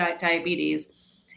diabetes